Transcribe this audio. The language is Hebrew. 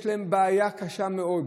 יש להם בעיה קשה מאוד: